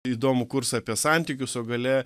įdomų kursą apie santykius o gale